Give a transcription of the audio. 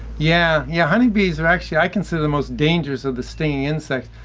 yeah yeah honeybees are actually i consider the most dangerous of the stinging insects,